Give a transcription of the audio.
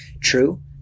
True